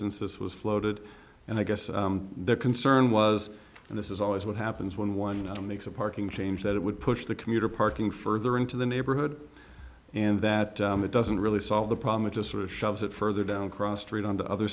this was floated and i guess their concern was and this is always what happens when one of them makes a parking change that would push the commuter parking further into the neighborhood and that doesn't really solve the problem it just sort of shoves it further down cross street on the other